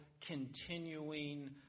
continuing